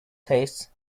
tastes